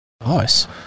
Nice